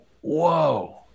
whoa